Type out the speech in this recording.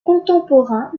contemporains